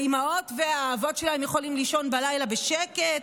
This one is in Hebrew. האימהות והאבות שלהם יכולים לישון בלילה בשקט.